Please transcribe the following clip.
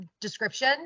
description